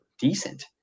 decent